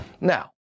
Now